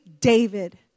David